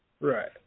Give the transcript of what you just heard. Right